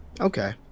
Okay